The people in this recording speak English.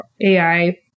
AI